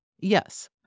Yes